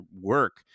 work